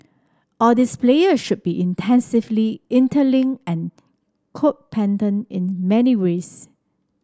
all these player should be intensively interlinked and codependent in many ways